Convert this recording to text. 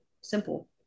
simple